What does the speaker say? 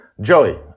Joey